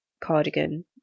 cardigan